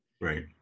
Right